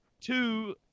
two